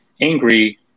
angry